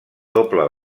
doble